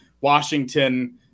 Washington